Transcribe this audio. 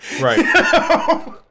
Right